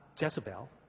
Jezebel